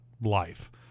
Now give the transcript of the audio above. life